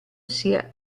sia